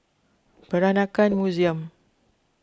Peranakan Museum